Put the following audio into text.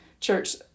Church